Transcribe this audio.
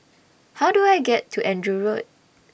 How Do I get to Andrew Road